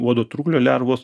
uodo trūklio lervos